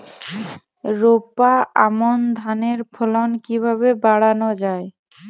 রোপা আমন ধানের ফলন কিভাবে বাড়ানো যায়?